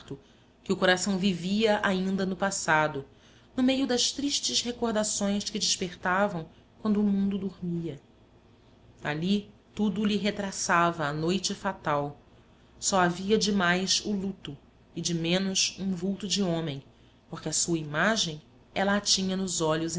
que o coração vivia ainda no passado no meio das tristes recordações que despertavam quando o mundo dormia ali tudo lhe retraçava a noite fatal só havia de mais o luto e de menos um vulto de homem porque a sua imagem ela a tinha nos olhos